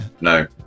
no